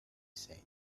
said